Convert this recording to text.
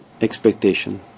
expectation